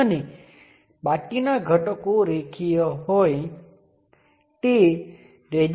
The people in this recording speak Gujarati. હવે ચોક્કસ પ્રકારનાં બે પોર્ટ આપણી જાતને ચિંતિત કરશે લિનિયર નેટવર્ક N ની અંદર છે